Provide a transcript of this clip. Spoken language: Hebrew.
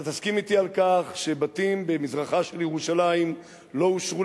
אתה תסכים אתי על כך שבתים במזרחה של ירושלים לא אושרו